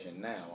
now